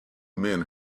men